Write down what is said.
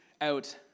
out